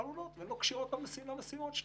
חלולות ולא כשירות למשימות שלהן.